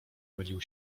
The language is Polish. mylił